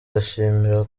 irishimira